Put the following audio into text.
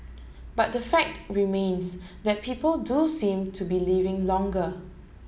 but the fact remains that people do seem to be living longer